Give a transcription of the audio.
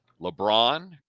LeBron